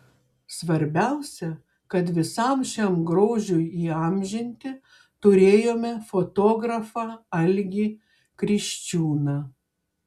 svarbiausia kad visam šiam grožiui įamžinti turėjome fotografą algį kriščiūną